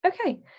Okay